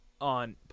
on